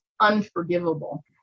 unforgivable